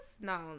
No